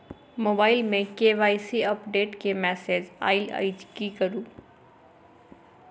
Mobile मे KYC update केँ message आइल अछि की करू?